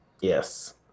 Yes